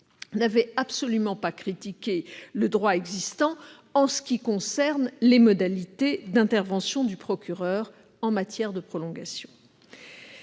n'avait absolument pas critiqué le droit existant pour ce qui concerne les modalités d'intervention du procureur en matière de prolongation